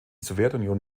sowjetunion